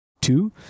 Two